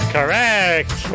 Correct